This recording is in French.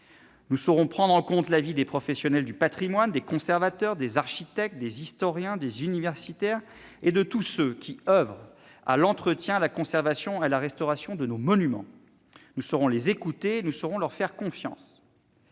Nous saurons prendre en compte l'avis des professionnels du patrimoine, des conservateurs, des architectes, des historiens, des universitaires et de tous ceux qui oeuvrent à l'entretien, à la conservation et à la restauration de nos monuments. Nous saurons les écouter et nous saurons leur faire confiance.